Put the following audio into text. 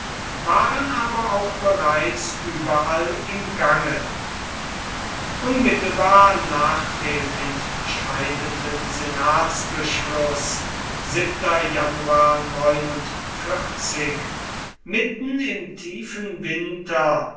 waren aber auch bereits überall im gange unmittelbar nach dem entscheidenden senatsbeschluß mitten im tiefen winter